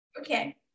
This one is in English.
Okay